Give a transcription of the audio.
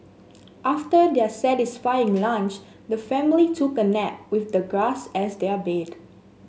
after their satisfying lunch the family took a nap with the grass as their bed